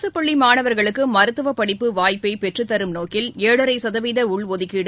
அரசு பள்ளி மாணவர்களுக்கு மருத்துவ படிப்பு வாய்ப்பை பெற்றுத்தரும் நோக்கில் ஏழரை சதவீத உள்ஒதுக்கீடு